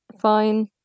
fine